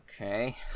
okay